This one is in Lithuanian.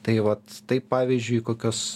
tai vat taip pavyzdžiui kokios